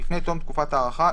לפני תום תקופת ההארכה,